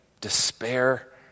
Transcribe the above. despair